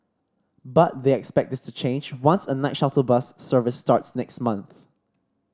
but they expect this to change once a night shuttle bus service starts next month